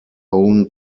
own